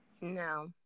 No